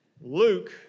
Luke